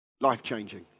Life-changing